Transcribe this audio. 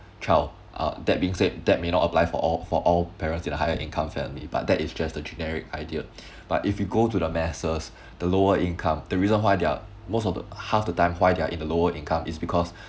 child uh that being said that may not apply for all for all parents in higher income family but that is just the generic ideas but if you go to the masses the lower income the reason why there most of the half the time why they're in the lower income is because